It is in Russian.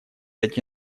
эти